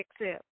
accept